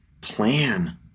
plan